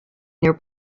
near